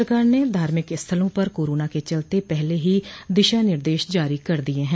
सरकार ने धार्मिक स्थलों पर कोरोना के चलते पहले ही दिशा निर्देश जारो कर दिये हैं